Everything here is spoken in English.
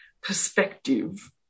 perspective